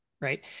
right